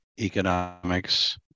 economics